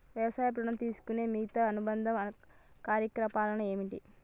వ్యవసాయ ఋణం తీసుకునే మిగితా అనుబంధ కార్యకలాపాలు ఏమిటి?